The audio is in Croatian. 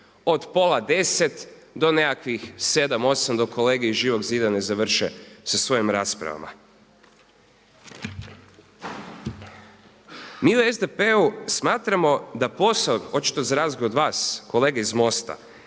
od pola 10 do nekakvih sedam, osam dok kolege iz Živog zida ne završe sa svojim raspravama. Mi u SDP-u smatramo da posao, očito za razliku od vas kolege iz MOST-a,